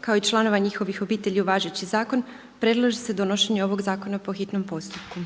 kao i članova njihovih obitelji u važeći zakon predlaže se donošenje ovog zakona po hitnom postupku.